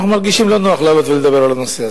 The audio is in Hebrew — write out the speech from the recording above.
אנחנו מרגישים לא נוח לעלות ולדבר על הנושא הזה.